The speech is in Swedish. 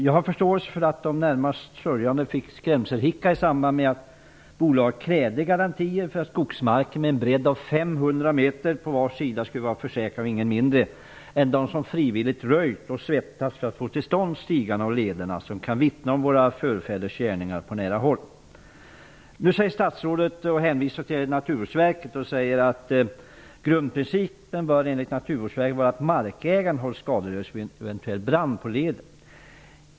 Jag har förståelse för att de närmast sörjande fick skrämselhicka i samband med att bolaget krävde garantier för att skogsmarken, med en bredd av 500 m på var sida, skulle vara försäkrad av ingen mindre än dem som frivilligt röjt och svettats för att få till stånd de stigar och leder som vittnar om våra förfäders gärningar på nära håll. Nu hänvisar statrådet till Naturvårdsverket och säger att grundprincipen bör vara att markägaren hålls skadeslös vid en eventuell brand på leden.